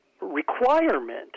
requirement